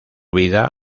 vida